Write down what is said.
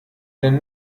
denn